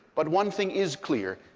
but one thing is clear.